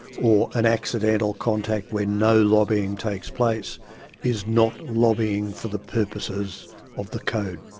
or an accidental contact where no lobbying takes place is not lobbying for the purposes of the code.